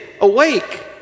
awake